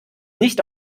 nicht